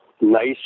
Nice